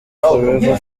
forever